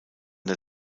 der